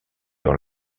dans